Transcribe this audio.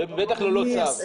בטח ללא צו.